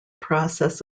process